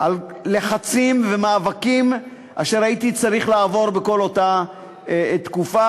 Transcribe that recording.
לגבי לחצים ומאבקים אשר הייתי צריך לעבור בכל אותה תקופה,